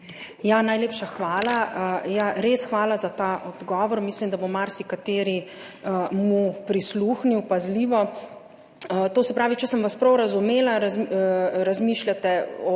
Najlepša hvala. Res hvala za ta odgovor. Mislim, da mu bo marsikateri pazljivo prisluhnil. To se pravi, če sem vas prav razumela, razmišljate o